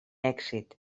èxit